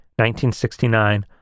1969